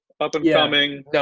up-and-coming